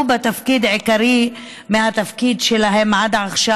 בתפקיד העיקרי מהתפקידים שלהן עד עכשיו,